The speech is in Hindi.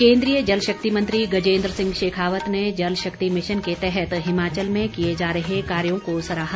केंद्रीय जल शक्ति मंत्री गजेंद्र सिंह शेखावत ने जल शक्ति मिशन के तहत हिमाचल में किए जा रहे कार्यों को सराहा